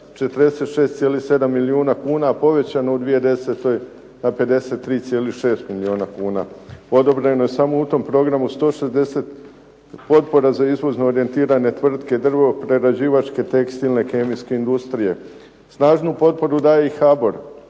46,7 milijuna kuna, a povećano u 2010. na 53,6 milijuna kuna. Odobreno je samo u tom programu 160 potpora za izvozno orijentirane tvrtke drvoprerađivačke, tekstilne, kemijske industrije. Snažnu potporu daje i HBOR